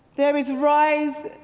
there is rise,